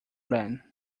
ben